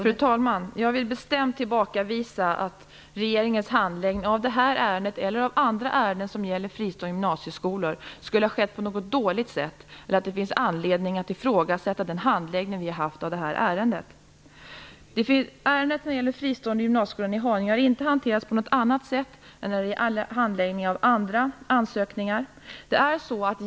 Fru talman! Jag vill bestämt tillbakavisa att regeringens handläggning av det här ärendet eller de andra ärenden som gäller fristående gymnasieskolor skulle ha skett på något dåligt sätt eller att det finns anledning att ifrågasätta handläggningen av det här ärendet. Ärendet om en fristående gymnasieskola i Haninge har inte hanterats på något annat sätt än andra ansökningar.